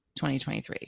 2023